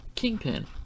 Kingpin